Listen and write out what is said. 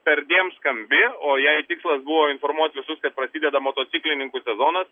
perdėm skambi o jei tikslas buvo informuot visus kad prasideda motociklininkų sezonas